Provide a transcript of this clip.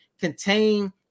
contain